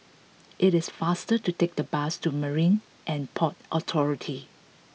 it is faster to take the bus to Marine And Port Authority